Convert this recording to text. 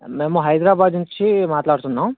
మేము హైదరాబాద్ నుంచి మాట్లాడుతున్నాం